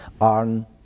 on